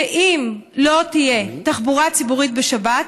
שאם לא תהיה תחבורה ציבורית בשבת,